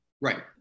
Right